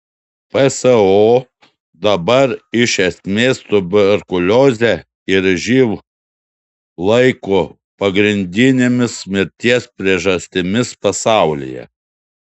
pso dabar iš esmės tuberkuliozę ir živ laiko pagrindinėmis mirties priežastimis pasaulyje